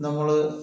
നമ്മൾ